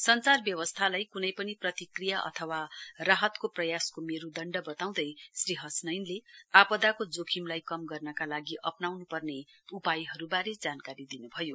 सञ्चार व्यवस्थालाई कुनै पनि प्रतिक्रिया अथवा राहतको प्रयासको मेरुदण्ड बताउँदै श्री हसनैनले आपदाको जोखिमलाई कम गर्नका लागि अप्नाउनु पर्ने उपायहरुवारे जानकारी दिनुभयो